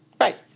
Right